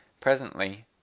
Presently